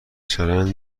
چرند